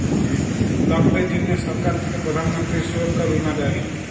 লকদের জনহ সরকার থাক্যে প্রধান মন্ত্রী সুরক্ষা বীমা দেয়